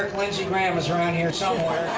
lindsey graham is around here somewhere,